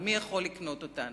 ומי יכול לקנות אותן?